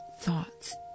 thoughts